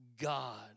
God